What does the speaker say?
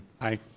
Aye